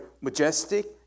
majestic